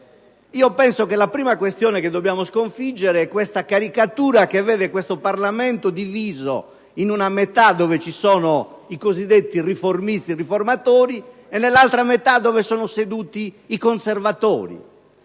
mio avviso, la prima questione che dobbiamo sconfiggere è questa caricatura che vede il Parlamento diviso in una metà dove ci sono i cosiddetti riformisti riformatori e in un'altra metà dove sono seduti i conservatori.